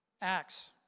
Acts